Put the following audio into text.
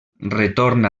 retorna